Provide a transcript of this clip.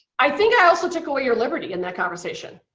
i think i also took away your liberty in that conversation.